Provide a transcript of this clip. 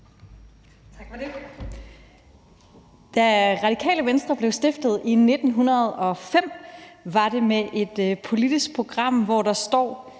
Da Radikale Venstre blev stiftet i 1905, var det med et politisk program, hvor der stod: